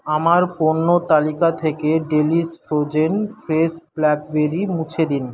আমার পণ্য তালিকা থেকে ডেলিস ফ্রোজেন ফ্রেশ ব্ল্যাকবেরি মুছে দিন